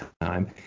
time